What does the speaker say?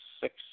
six